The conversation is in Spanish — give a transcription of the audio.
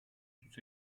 sus